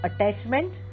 attachment